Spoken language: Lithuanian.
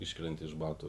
iškrenti iš batų